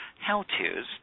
how-tos